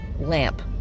lamp